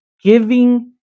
giving